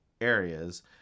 areas